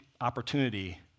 opportunity